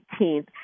18th